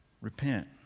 Repent